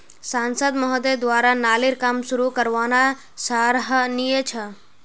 सांसद महोदय द्वारा नालीर काम शुरू करवाना सराहनीय छ